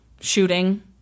shooting